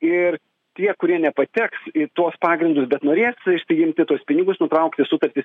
ir tie kurie nepateks į tuos pagrindus bet norės išsiimti tuos pinigus nutraukti sutartis